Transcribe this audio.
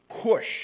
push